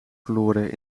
verloren